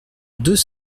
deux